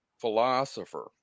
philosopher